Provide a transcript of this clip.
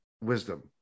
wisdom